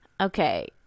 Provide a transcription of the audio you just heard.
Okay